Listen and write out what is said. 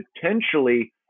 potentially